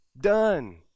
done